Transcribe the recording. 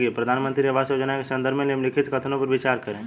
प्रधानमंत्री आवास योजना के संदर्भ में निम्नलिखित कथनों पर विचार करें?